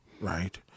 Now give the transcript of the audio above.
Right